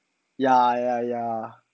ya ya ya